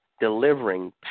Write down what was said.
delivering